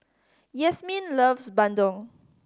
Yasmeen loves bandung